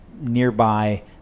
nearby